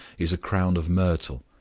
is a crown of myrtle,